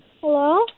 hello